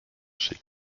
chez